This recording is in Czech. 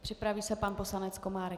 Připraví se pan poslanec Komárek.